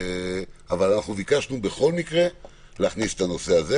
אבל אנחנו ביקשנו בכל מקרה להכניס את הנושא הזה.